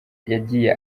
yagiye